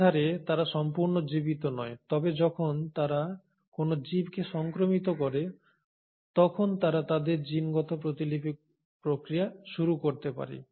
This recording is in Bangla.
একাধারে তারা সম্পূর্ণ জীবিত নয় তবে যখন তারা কোন জীবকে সংক্রমিত করে তখন তারা তাদের জিনগত প্রতিলিপি প্রক্রিয়া শুরু করতে পারে